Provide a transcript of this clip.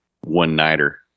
one-nighter